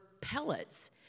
pellets